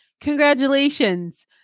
congratulations